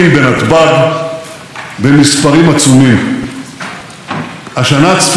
השנה צפויים לנסוע לחו"ל למעלה מארבעה מיליון ישראלים,